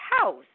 house